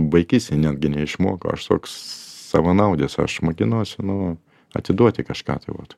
vaikystėj netgi neišmoko aš toks savanaudis aš mokinuosi nu atiduoti kažką tai vot